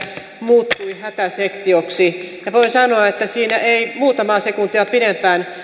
muuttui hätäsektioksi ja voin sanoa että siinä ei muutamaa sekuntia pidempään